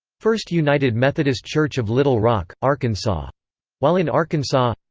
first united methodist church of little rock, arkansas while in arkansas,